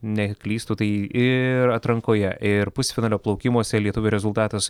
neklystu tai ir atrankoje ir pusfinalio plaukimuose lietuvio rezultatas